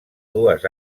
dues